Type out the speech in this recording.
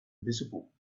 visible